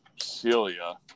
celia